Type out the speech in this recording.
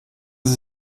sie